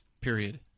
period